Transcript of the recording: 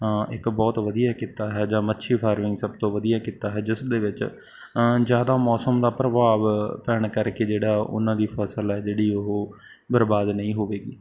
ਇੱਕ ਬਹੁਤ ਵਧੀਆ ਕਿੱਤਾ ਹੈ ਜਾਂ ਮੱਛੀ ਫਾਰਮਿੰਗ ਸਭ ਤੋਂ ਵਧੀਆ ਕਿੱਤਾ ਹੈ ਜਿਸ ਦੇ ਵਿੱਚ ਜ਼ਿਆਦਾ ਮੌਸਮ ਦਾ ਪ੍ਰਭਾਵ ਪੈਣ ਕਰਕੇ ਜਿਹੜਾ ਉਹਨਾਂ ਦੀ ਫਸਲ ਆ ਜਿਹੜੀ ਉਹ ਬਰਬਾਦ ਨਹੀਂ ਹੋਵੇਗੀ